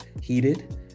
heated